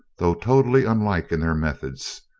though totally unlike in their methods.